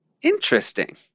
Interesting